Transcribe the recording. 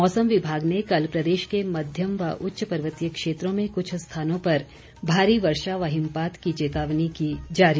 मौसम विभाग ने कल प्रदेश के मध्यम व उच्च पर्वतीय क्षेत्रों में कुछ स्थानों पर भारी वर्षा व हिमपात की चेतावनी की जारी